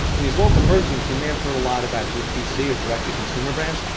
and these local merchants, you may have heard a lot about dtc or direct-to-consumer brands.